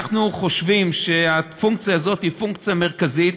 אנחנו חושבים שהפונקציה הזאת היא פונקציה מרכזית,